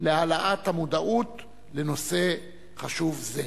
להעלאת המודעות לנושא חשוב זה.